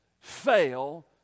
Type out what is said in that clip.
fail